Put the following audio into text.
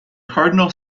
cardinal